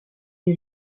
est